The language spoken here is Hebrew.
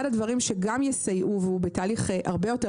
אחד הדברים שגם יסייעו והוא בתהליך הרבה יותר